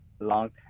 Long